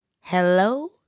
Hello